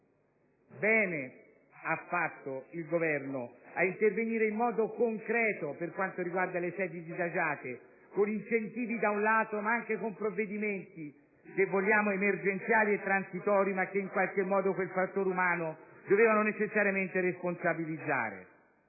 Bene ha fatto il Governo a intervenire in modo concreto per quanto riguarda le sedi disagiate, con incentivi da un lato, ma anche con provvedimenti, se vogliamo, emergenziali e transitori, ma che in qualche modo quel fattore umano dovevano necessariamente responsabilizzare.